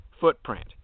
footprint